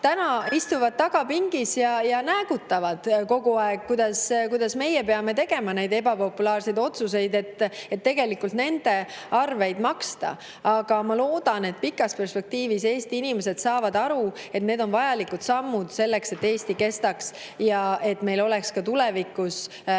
täna tagapingis ja näägutavad kogu aeg. Meie peame tegema ebapopulaarseid otsuseid, et tegelikult nende arveid maksta. Ma loodan, et pikas perspektiivis Eesti inimesed saavad aru, et need on vajalikud sammud selleks, et Eesti kestaks ja et meil oleks ka tulevikus head